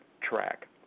track